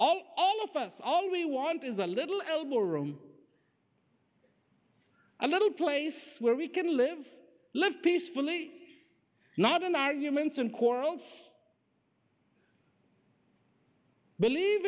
all of us all we want is a little elbow room a little place where we can live live peacefully not in arguments and quarrels believe